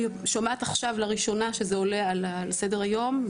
אני שומעת עכשיו לראשונה שזה עולה לסדר היום,